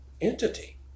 entity